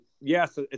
yes